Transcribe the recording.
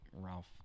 Ralph